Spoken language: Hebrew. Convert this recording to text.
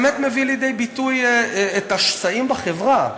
באמת מביא לידי ביטוי את השסעים בחברה.